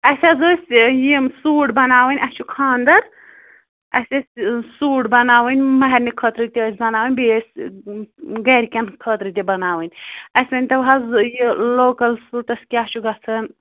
اَسہِ حظ ٲسۍ یِم سوٗٹ بَناوٕنۍ اَسہِ چھُ خانٛدر اَسہِ ٲسۍ سوٗٹ بَناوٕنۍ مَہرنہِ خٲطرٕ تہِ ٲسۍ بَناوٕنۍ بیٚیہِ ٲسۍ گَرٕ کین خٲطرٕ تہِ بَناوٕنۍ اَسہِ ؤنۍتَو حظ یہِ لوکل سوٗٹس کیٛاہ چھُ گژھان